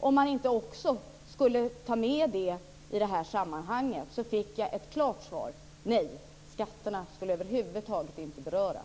om man inte också skulle ta med dem i det här sammanhanget fick jag ett klart svar: Nej, skatterna ska över huvud taget inte beröras.